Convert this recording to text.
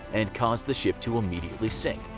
and cause the ship to immediately sink.